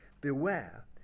Beware